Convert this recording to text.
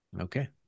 Okay